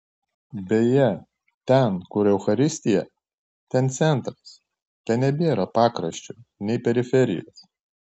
beje ten kur eucharistija ten centras ten nebėra pakraščio nei periferijos